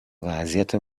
وضعیت